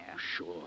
Sure